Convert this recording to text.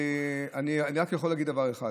אני רק יכול להגיד דבר אחד: